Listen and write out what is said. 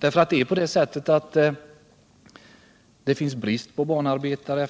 Enligt vad jag har erfarit råder det brist på banarbetare,